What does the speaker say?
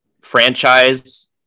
franchise